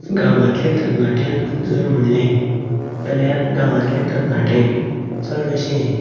गांवातले तरणाट्यांक जर म्हणलें जाल्यार गांवातले तरणाटे चड अशें